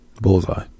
Bullseye